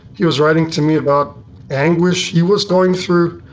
he was writing to me about anguish he was going through.